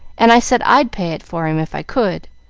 and i said i'd pay it for him, if i could.